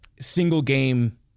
single-game